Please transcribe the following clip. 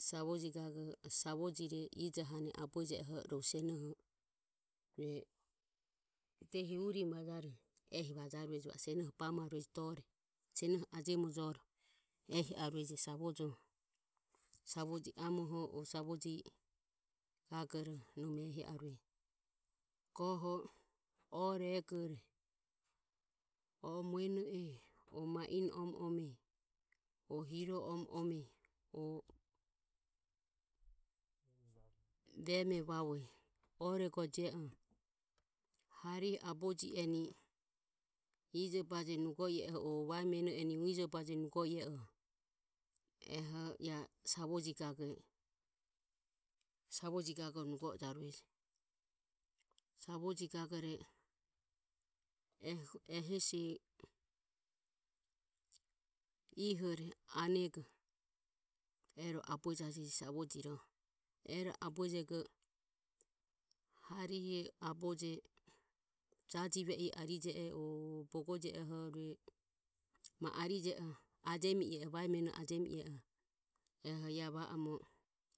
Savoji gagore savojire ijohanoho ro abueje oho rohu sionoho rue diehi urimo vajaruehi ehi vajarueje. Va o senoho bamarueje dore senoho ajemojoro ehi arueje savojoho. Savoji amoho o savoji gagore nome ehi arueje. O goho ore egore omueno e o ma ino omo ome o hiro omo ome o vemu vavue oregoje oho harihu aboji eni ijobaje nugo i e oho o mueno eni ijobaje nugo ie oho eho iae savoji gage savoji gagore nugo ojarueje. Savoji gagore e hesi ihore anego e ro abuejajeje savojiroho. E ro abuejego harihe aboje jajive e arije o bogoje oho rue ma arije oho vae meni e ajemi ie oho e iae va oromo